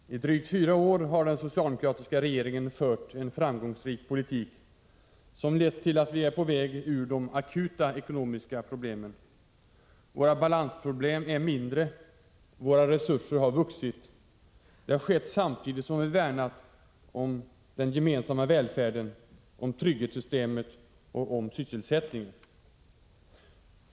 Fru talman! I drygt fyra år har den socialdemokratiska regeringen fört en framgångsrik politik, som lett till att vi är på väg ut ur de akuta ekonomiska problemen. Våra balansproblem är mindre och våra resurser har vuxit. Detta har skett samtidigt som vi har värnat om den gemensamma välfärden, om trygghetssystemet och om sysselsättningen.